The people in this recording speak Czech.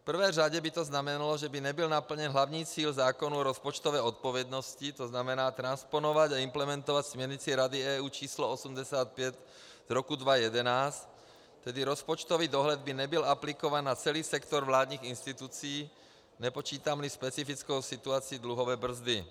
V prvé řadě by to znamenalo, že by nebyl naplněn hlavní cíl zákona o rozpočtové odpovědnosti, tzn. transponovat a implementovat směrnici Rady EU č. 85/2011, tedy rozpočtový dohled by nebyl aplikován na celý sektor vládních institucí, nepočítámli specifickou situaci dluhové brzdy.